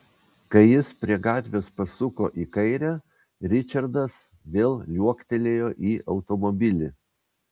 kai jis prie gatvės pasuko į kairę ričardas vėl liuoktelėjo į automobilį